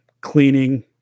cleaning